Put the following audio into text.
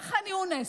בחאן יונס,